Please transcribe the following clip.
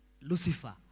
Lucifer